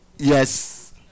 Yes